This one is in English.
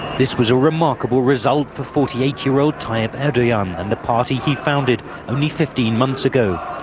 this was a remarkable result for forty eight year old tayyip erdodan and the party he founded only fifteen months ago.